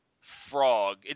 Frog